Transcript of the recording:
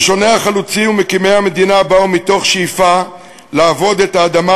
ראשוני החלוצים ומקימי המדינה באו מתוך שאיפה לעבוד את האדמה,